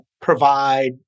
provide